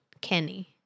Kenny